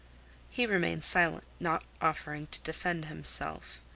he remained silent, not offering to defend himself.